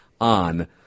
on